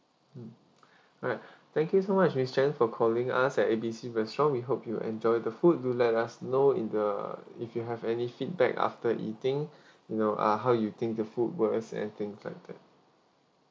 mm alright thank you so much miss jane for calling us at A B C restaurant we hope you enjoy the food do let us know in the if you have any feedback after eating you know uh how you think the food was anything like that